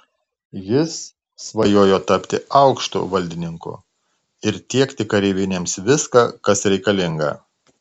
jis svajojo tapti aukštu valdininku ir tiekti kareivinėms viską kas reikalinga